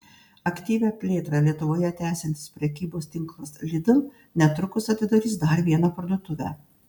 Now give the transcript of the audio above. aktyvią plėtrą lietuvoje tęsiantis prekybos tinklas lidl netrukus atidarys dar vieną parduotuvę